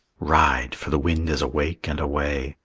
ride, for the wind is awake and away.